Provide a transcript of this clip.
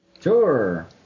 Sure